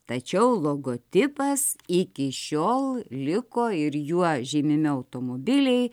tačiau logotipas iki šiol liko ir juo žymimi automobiliai